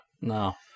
No